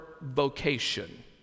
vocation